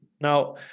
Now